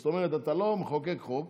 זאת אומרת, אתה לא מחוקק חוק